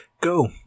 Go